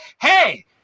hey